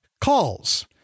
calls